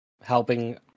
helping